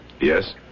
Yes